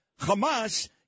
Hamas